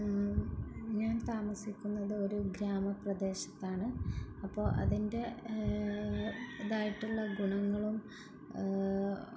ഞാൻ താമസിക്കുന്നത് ഒരു ഗ്രാമപ്രദേശത്താണ് അപ്പോള് അതിന്റേ ഇതായിട്ടുള്ള ഗുണങ്ങളും